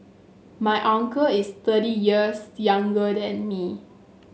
my uncle is thirty years younger than me